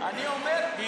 אני אומר משהו טוב.